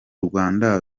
rwanda